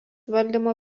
valdymo